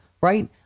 Right